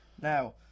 Now